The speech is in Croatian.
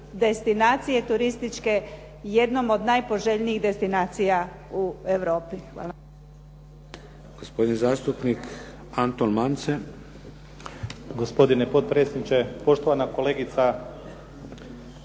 destinacije turističke jednom od najpoželjnijih destinacija u Europi. Hvala.